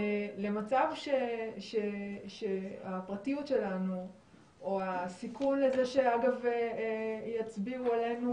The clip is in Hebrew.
למצב שהפרטיות שלנו או הסיכון לזה שיצביעו עלינו